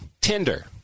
Tinder